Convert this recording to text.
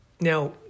Now